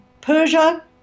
Persia